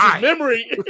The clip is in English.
memory